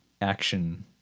action